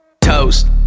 Toast